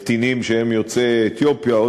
קטינים שהם יוצאי אתיופיה.